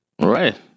Right